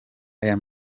aya